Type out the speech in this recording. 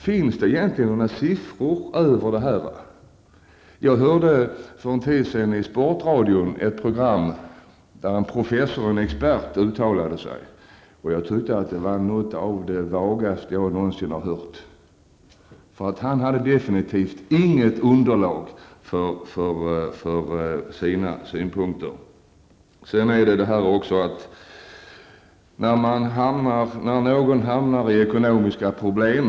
Finns det egentligen några siffror över det? Jag hörde i sportradion ett program där en professor och expert uttalade sig. Jag tycker att det var något av det svagaste jag någonsin har hört. Han hade definitivt inget underlag för sina synpunkter. Nu talas det ofta om att någon har hamnat i ekonomiska problem.